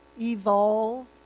Evolve